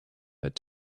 that